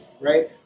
right